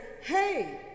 hey